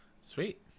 Sweet